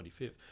25th